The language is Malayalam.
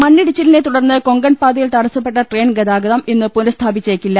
മണ്ണിടിച്ചിലിനെ തുടർന്ന് ക്കാങ്കൺ പാതയിൽ തടസ്സപ്പെട്ട ട്രെയിൻ ഗതാഗതം ഇന്ന് പുനഃസ്ഥാപിച്ചേക്കില്ല